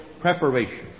preparation